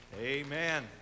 amen